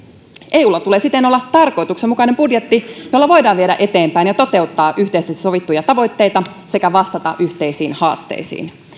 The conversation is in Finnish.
eulla tulee siten olla tarkoituksenmukainen budjetti jolla voidaan viedä eteenpäin ja toteuttaa yhteisesti sovittuja tavoitteita sekä vastata yhteisiin haasteisiin